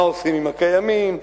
מה עושים עם הקיימים,